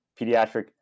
pediatric